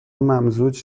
ممزوج